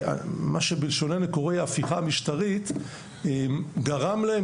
שמה שבלשוננו קרוי ההפיכה המשטרית גרם להם